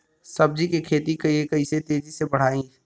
सब्जी के खेती के कइसे तेजी से बढ़ाई?